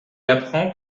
apprend